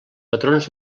patrons